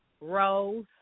Rose